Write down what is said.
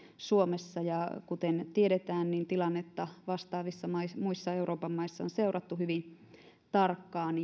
suomessa ja kuten tiedetään niin tilannetta vastaavissa muissa euroopan maissa on seurattu hyvin tarkkaan